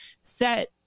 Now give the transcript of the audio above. set